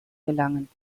gelangen